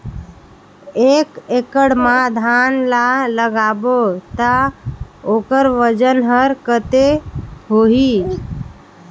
एक एकड़ मा धान ला लगाबो ता ओकर वजन हर कते होही?